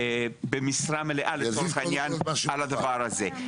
במשרה מלאה לצורך העניין על הדבר הזה.